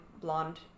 blonde